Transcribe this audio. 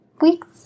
weeks